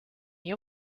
you